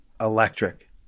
Electric